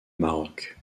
maroc